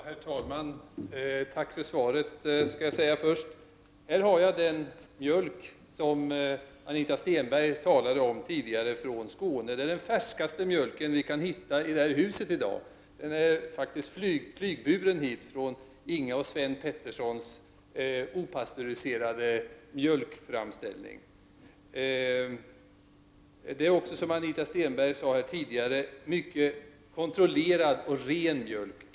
Herr talman! Tack för svaret, skall jag säga först. Här har jag den mjölk som Anita Stenberg talade om tidigare, från Skåne. Den är flygburen från Inga och Sven Petterssons framställning av opastöriserad mjölk. Det är, som Anita Stenberg också sade, mycket kontrollerad och ren mjölk.